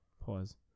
Pause